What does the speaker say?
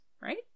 Right